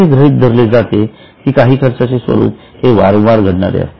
असे गृहीत धरले जाते की काही खर्चाचे स्वरूप हे वारंवार घडणारे असते